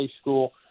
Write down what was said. school